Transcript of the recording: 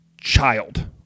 child